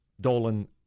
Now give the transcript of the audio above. Dolan